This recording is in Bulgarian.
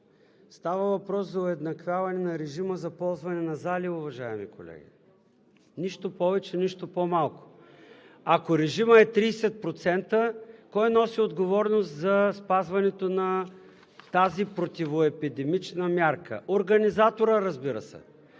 Става въпрос за уеднаквяване на режима за ползване на зали, уважаеми колеги. Нищо повече, нищо по-малко! Ако режимът е 30%, кой носи отговорност за спазването на тази противоепидемична мярка? Организаторът, разбира се!